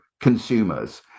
consumers